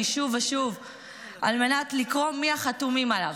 שוב ושוב על מנת לקרוא מי החתומים עליה.